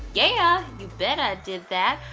yeah, you bet i did that.